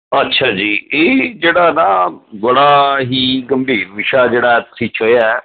ਅੱਛਾ ਜੀ ਇਹ ਜਿਹੜਾ ਨਾ ਬੜਾ ਹੀ ਗੰਭੀਰ ਵਿਸ਼ਾ ਜਿਹੜਾ ਤੁਸੀਂ ਛੋਹਿਆ